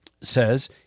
says